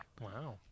Wow